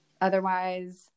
otherwise